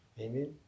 Amen